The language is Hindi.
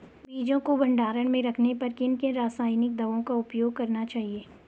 बीजों को भंडारण में रखने पर किन किन रासायनिक दावों का उपयोग करना चाहिए?